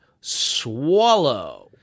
Swallow